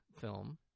film